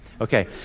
okay